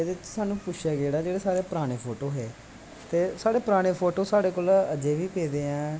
एह्दै च साह्नू पुच्छेआ गेदा कि जेह्ड़े साढ़े पराने फोटो हे ते साढ़े पराने फोटो साढ़े कोल अजें बी पेदे ऐ